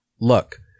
look